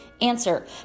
answer